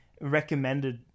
recommended